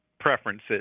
preferences